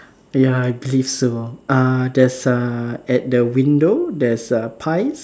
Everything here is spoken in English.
ya I believe so uh there's uh at the window there's err pies